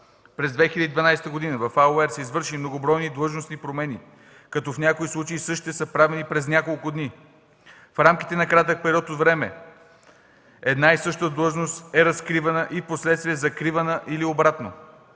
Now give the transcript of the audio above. През 2012 г. в АУЕР са извършени многобройни длъжностни промени, като в някои случаи същите са правени през няколко дни. В рамките на кратък период от време една и съща длъжност е разкривана и впоследствие закривана или обратно.